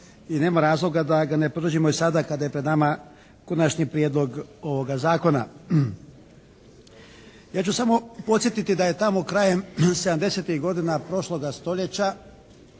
i nema razloga da ga ne podržimo i sada kada je pred nama Konačni prijedlog ovoga zakona. Ja ću samo podsjetiti da je tamo krajem 70-tih godina prošloga stoljeća